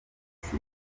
force